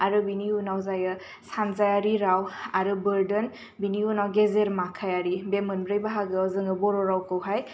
आरो बेनि उनाव जायो सानजायारि राव आरो बोर्दोन बेनि उनाव गेजेर माखायारि बे मोनब्रै बाहागो याव जोङो बर रावखौ हाय